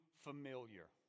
familiar